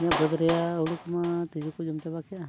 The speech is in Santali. ᱤᱧᱟᱹᱜ ᱵᱟᱹᱫᱽ ᱨᱮᱭᱟᱜ ᱦᱳᱲᱳ ᱠᱚᱢᱟ ᱛᱤᱡᱩ ᱠᱚ ᱡᱚᱢ ᱪᱟᱵᱟ ᱠᱮᱜᱼᱟ